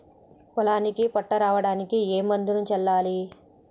పొలానికి పొట్ట రావడానికి ఏ మందును చల్లాలి?